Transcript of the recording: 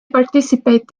participate